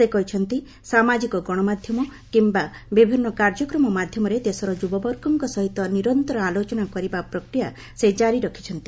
ସେ କହିଛନ୍ତି ସାମାଜିକ ଗଣମାଧ୍ୟମ କିୟା ବିଭିନ୍ନ କାର୍ଯ୍ୟକ୍ରମ ମାଧ୍ୟମରେ ଦେଶର ଯୁବବର୍ଗଙ୍କ ସହିତ ନିରନ୍ତର ଆଲୋଚନା କରିବା ପ୍ରକ୍ରିୟା ସେ କାରି ରଖିଛନ୍ତି